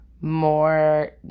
More